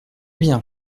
bien